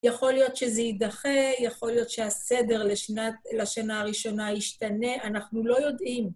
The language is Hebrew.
יכול להיות שזה יידחה, יכול להיות שהסדר לשנה הראשונה ישתנה, אנחנו לא יודעים.